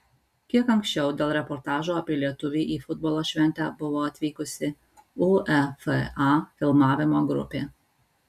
kiek anksčiau dėl reportažo apie lietuvį į futbolo šventę buvo atvykusi uefa filmavimo grupė